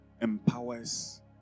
empowers